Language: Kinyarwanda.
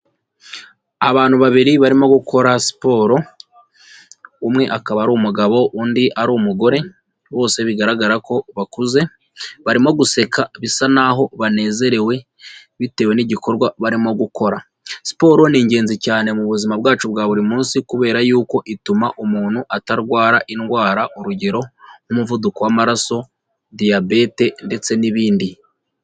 Abantu babiri barimo gukora siporo, umwe akaba ari umugabo, undi ari umugore, bose bigaragara ko bakuze, barimo guseka bisa naho banezerewe bitewe n'igikorwa barimo gukora. Siporo ni ingenzi cyane mu buzima bwacu bwa buri munsi kubera yuko ituma umuntu atarwara indwara urugero nk'umuvuduko w'amaraso, diyabete ndetse n'ibindi.